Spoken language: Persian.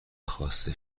خواسته